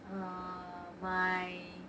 um my